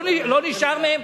לא נשאר מהן,